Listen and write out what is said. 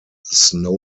snow